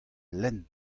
lenn